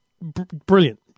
Brilliant